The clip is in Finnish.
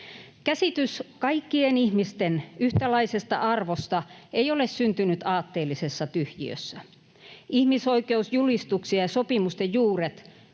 Käsitys kaikkien ihmisten yhtäläisestä arvosta ei ole syntynyt aatteellisessa tyhjiössä. Ihmisoikeusjulistuksien ja -sopimusten juuret